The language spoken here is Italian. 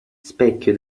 specchio